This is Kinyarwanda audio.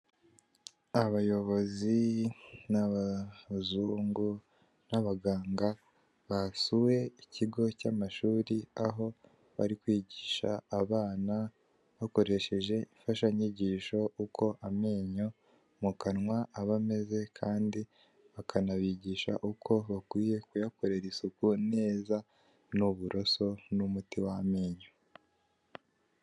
Abayobozi n'abazungu n'abaganga basuye ikigo cy'amashuri aho bari kwigisha abana bakoresheje imfashanyigisho uko amenyo mu kanwa aba ameze kandi bakanabigisha uko bakwiye kuyakorera isuku neza n'uburoso n'umuti w'amenyo.